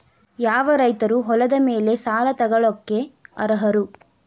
ಯಾವ ರೈತರು ಹೊಲದ ಮೇಲೆ ಸಾಲ ತಗೊಳ್ಳೋಕೆ ಅರ್ಹರು?